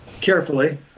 Carefully